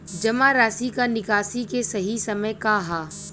जमा राशि क निकासी के सही समय का ह?